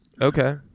Okay